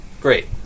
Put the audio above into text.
great